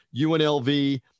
UNLV